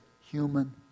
human